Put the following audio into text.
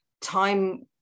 time